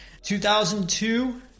2002